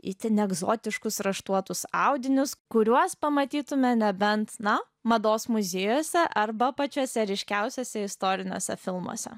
itin egzotiškus raštuotus audinius kuriuos pamatytume nebent na mados muziejuose arba pačiuose ryškiausiuose istoriniuose filmuose